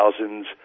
thousands